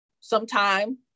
sometime